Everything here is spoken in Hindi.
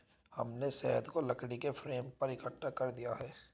हमने शहद को लकड़ी के फ्रेम पर इकट्ठा कर दिया है